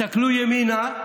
הם יסתכלו ימינה,